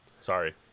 Sorry